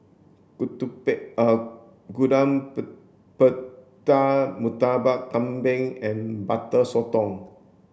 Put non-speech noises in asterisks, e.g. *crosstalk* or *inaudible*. *unintelligible* Gudeg *unintelligible* Putih Murtabak Kambing and butter sotong